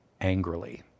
angrily